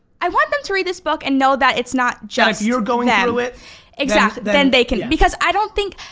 i want them to read this book and know that it's not just them. if you're going ah through it exactly, then they can because i don't think,